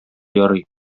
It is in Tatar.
ярый